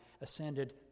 ascended